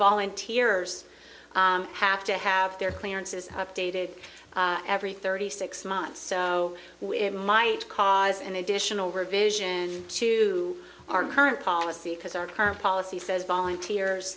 volunteers have to have their clearances updated every thirty six months so we might cause an additional revision to our current policy because our current policy says volunteers